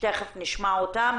שנשמע אותם.